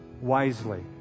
wisely